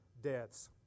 deaths